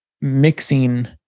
mixing